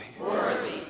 worthy